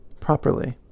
properly